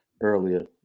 earlier